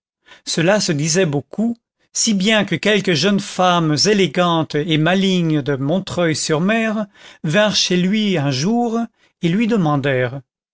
cela se disait beaucoup si bien que quelques jeunes femmes élégantes et malignes de montreuil sur mer vinrent chez lui un jour et lui